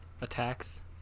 attacks